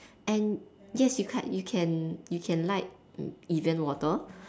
and yes you can you can like Evian water